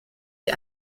die